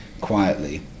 quietly